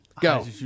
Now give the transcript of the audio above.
Go